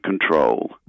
control